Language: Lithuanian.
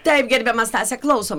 taip gerbiama stase klausom